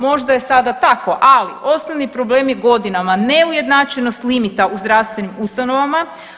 Možda je sada, ali osnovni problem je godinama neujednačenost limita u zdravstvenim ustanovama.